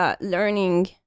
learning